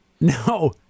no